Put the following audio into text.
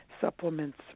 supplements